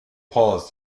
paws